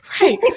Right